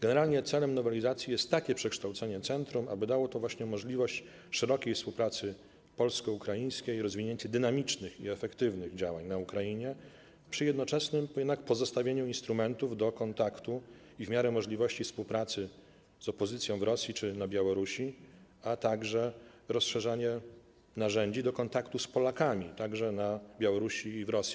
Generalnie celem nowelizacji jest takie przekształcenie centrum, aby dało to możliwość szerokiej współpracy polsko-ukraińskiej i rozwinięcia dynamicznych i efektywnych działań w Ukrainie przy jednoczesnym pozostawieniu instrumentów do kontaktu i w miarę możliwości współpracy z opozycją w Rosji czy na Białorusi, a także rozszerzenia narzędzi do kontaktu z Polakami, także na Białorusi i w Rosji.